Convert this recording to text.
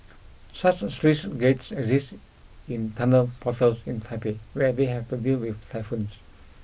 such sluice gates exist in tunnel portals in Taipei where they have to deal with typhoons